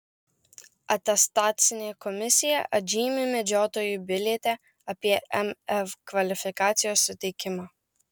atestacinė komisija atžymi medžiotojų biliete apie mv kvalifikacijos suteikimą